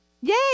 yay